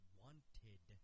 wanted